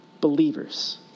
believers